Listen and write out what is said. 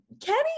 Kenny